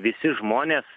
visi žmonės